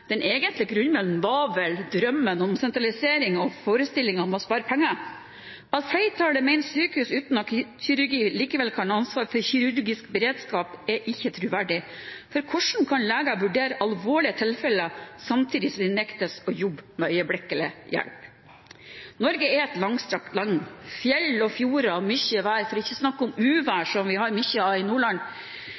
den egentlige grunnen var vel drømmen om sentralisering og forestillingen om å spare penger. At flertallet mener sykehus uten akuttkirurgi likevel kan ha ansvar for kirurgisk beredskap, er ikke troverdig, for hvordan kan leger vurdere alvorlige tilfeller samtidig som de skal nektes å jobbe med øyeblikkelig hjelp? Norge er et langstrakt land med fjell og fjorder og mye vær, for ikke å snakke om uvær, som vi har mye av i Nordland.